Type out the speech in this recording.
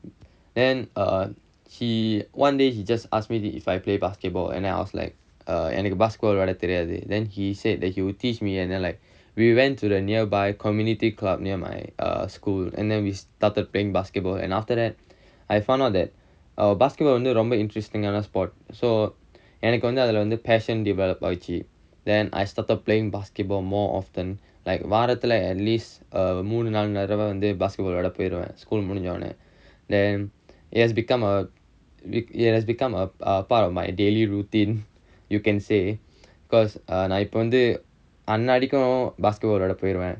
then err he one day he just ask me if I play basketball and then I was like err எனக்கு:enakku basketball விளையாட தெரியாது:vilaiyaada theriyaathu then he said that he would teach me and then like we went to the nearby community club near my err school and then we started playing basketball and after that I found out that our basketball வந்து ரொம்ப:vanthu romba interesting other sport so எனக்கு வந்து அதுல:enakku vanthu athula passion develope ஆச்சு:aachu then I started playing basketball more often like வாரத்துல:vaarathula at least err மூணு நாலு தடவ வந்து:moonu naalu thadava vanthu basketball விளையாட போயிருவேன்:vilaiyaada poyiruvaen school முடிஞ்ச ஒடனே:mudinja odanae then it has become a week it has become a part of my daily routine you can say because err நா இப்ப வந்து அன்னடைக்கும்:naa ippa vanthu annadaikkum basketball விளையாட போயிருவேன்:vilaiyaada poyiruvaen